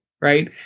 right